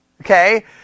Okay